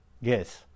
Yes